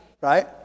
Right